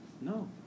No